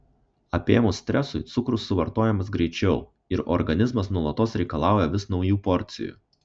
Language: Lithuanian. apėmus stresui cukrus suvartojamas greičiau ir organizmas nuolatos reikalauja vis naujų porcijų